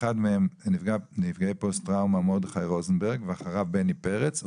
אחד מהם נפגע פוסט טראומה מרדכי רוזנברגר ואחריו בני פרץ,